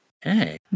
Hey